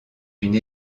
une